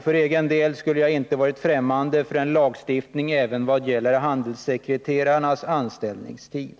För egen del skulle jag inte ha varit främmande för lagstiftning även i fråga om handelssekreterarnas anställningstid.